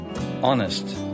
Honest